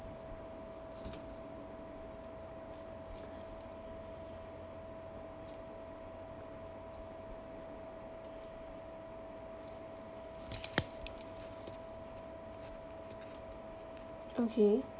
okay